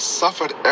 suffered